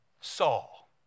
Saul